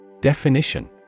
Definition